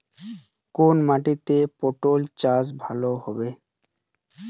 কোন মাটিতে পটল চাষ ভালো হবে?